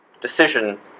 decision